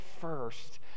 first